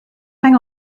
hang